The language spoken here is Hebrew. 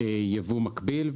ייבוא מקביל,